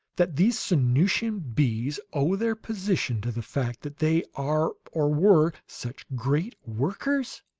that these sanusian bees owe their position to the fact that they are, or were, such great workers?